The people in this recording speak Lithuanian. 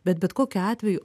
bet bet kokiu atveju